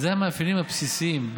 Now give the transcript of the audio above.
אלה המאפיינים הבסיסיים,